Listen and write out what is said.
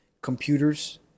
computers